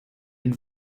and